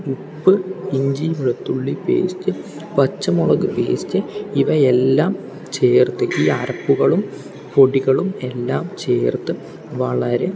ഉപ്പ് ഇഞ്ചി വെളുത്തുള്ളി പേസ്റ്റ് പച്ചമുളക് പേസ്റ്റ് ഇവയെല്ലാം ചേർത്ത് ഈ അരപ്പുകളും പൊടികളും എല്ലാം ചേർത്ത് വളരെ